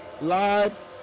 live